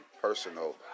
personal